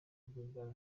rwigara